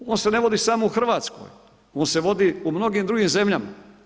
On se ne vodi samo u Hrvatskoj, on se vodi u mnogim drugim zemljama.